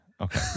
Okay